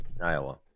Iowa